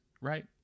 right